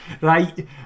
right